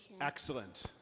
Excellent